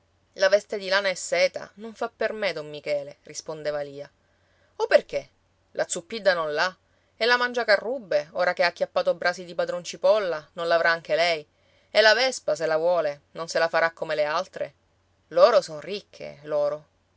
la veste di lana e seta non fa per me don michele rispondeva lia o perché la zuppidda non l'ha e la mangiacarrubbe ora che ha acchiappato brasi di padron cipolla non l'avrà anche lei e la vespa se la vuole non se la farà come le altre loro son ricche loro